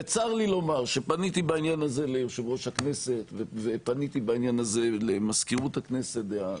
וצר לי לומר שפניתי בעניין הזה ליושב-ראש הכנסת ולמזכירות הכנסת דאז,